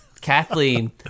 kathleen